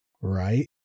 Right